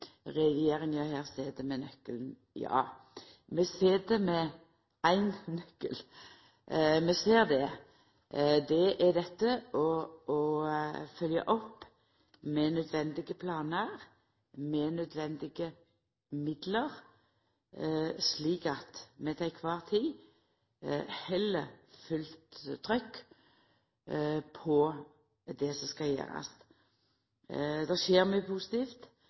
regjeringa sit med nøklane. Ja, vi sit med éin nøkkel, vi ser det. Det er dette å følgja opp med nødvendige planar, med nødvendige midlar, slik at vi til kvar tid held fullt trykk på det som skal gjerast. Det skjer mykje positivt,